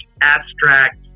abstract